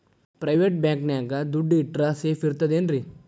Private bank ನ್ಯಾಗ್ ದುಡ್ಡ ಇಟ್ರ ಸೇಫ್ ಇರ್ತದೇನ್ರಿ?